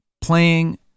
playing